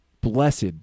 blessed